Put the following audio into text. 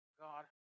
God